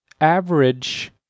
average